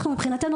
מבחינתנו,